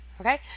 okay